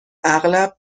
اغلب